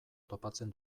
topatzen